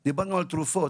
על תרופות.